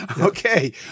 Okay